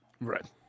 Right